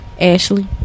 Ashley